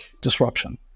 disruption